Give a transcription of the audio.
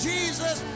Jesus